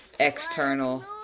external